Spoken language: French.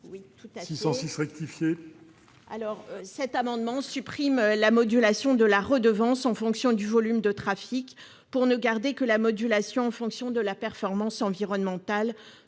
est à Mme Martine Filleul. Cet amendement vise à supprimer la modulation de la redevance en fonction du volume de trafic, pour ne garder que la modulation en fonction de la performance environnementale